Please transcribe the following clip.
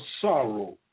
sorrow